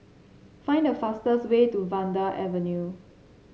find the fastest way to Vanda Avenue